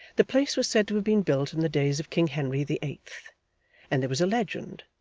the place was said to have been built in the days of king henry the eighth and there was a legend,